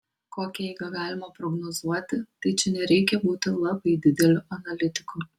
kokią eigą galima prognozuoti tai čia nereikia būti labai dideliu analitiku